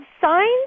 signs